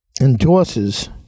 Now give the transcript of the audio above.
endorses